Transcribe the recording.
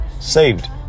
saved